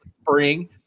spring